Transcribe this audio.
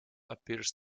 appears